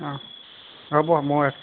অ হ'ব মই